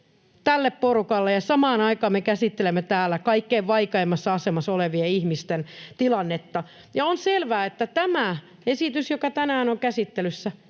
tälle porukalle, ja samaan aikaan me käsittelemme täällä kaikkein vaikeimmassa asemassa olevien ihmisten tilannetta. On selvää, että tämä esitys, joka tänään on käsittelyssä,